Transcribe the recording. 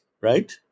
right